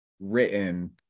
written